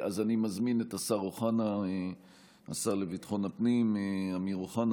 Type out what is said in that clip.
אז אני מזמין את השר לביטחון הפנים אמיר אוחנה